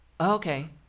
Okay